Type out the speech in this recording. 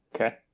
Okay